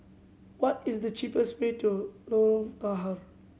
what is the cheapest way to Lorong Tahar